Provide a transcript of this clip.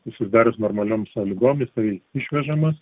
susidarius normalioms sąlygom jisai išvežamas